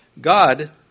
God